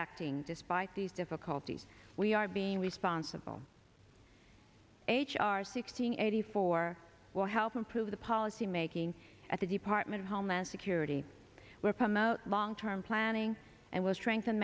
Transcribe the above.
acting despite these difficulties we are being responsible h r sixteen eighty four will help improve the policy making at the department of homeland security where promote long term planning and will strengthen